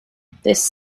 this